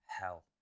hell